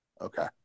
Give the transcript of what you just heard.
Okay